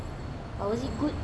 but was it good